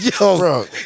Yo